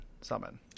summon